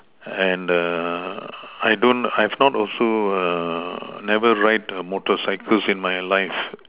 and err I don't I've not also err never ride a motorcycles in my life